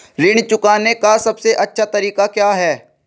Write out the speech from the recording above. ऋण चुकाने का सबसे अच्छा तरीका क्या है?